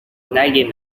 نگی